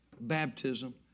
baptism